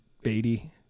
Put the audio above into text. Beatty